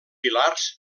pilars